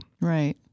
right